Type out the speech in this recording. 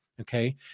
okay